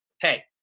hey